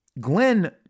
Glenn